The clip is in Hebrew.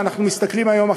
ואנחנו מסתכלים היום,